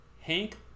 Hank